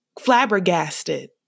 flabbergasted